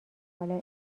حالا